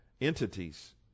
entities